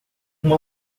uma